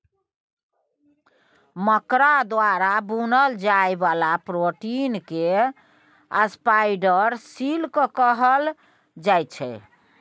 मकरा द्वारा बुनल जाइ बला प्रोटीन केँ स्पाइडर सिल्क कहल जाइ छै